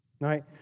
right